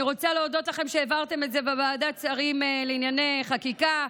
אני רוצה להודות לכם שהעברתם את זה בוועדת שרים לענייני חקיקה,